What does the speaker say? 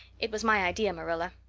it was my idea, marilla.